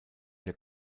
der